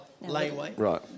Right